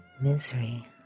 misery